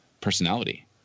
personality